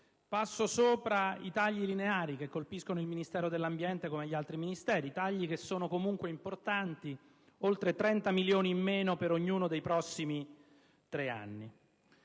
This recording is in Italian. Passo sopra ai tagli lineari che colpiscono il Ministero dell'ambiente come gli altri Ministeri. Sono comunque tagli importanti: oltre 30 milioni di euro in meno per ognuno dei prossimi tre anni.